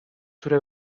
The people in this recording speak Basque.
zure